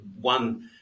one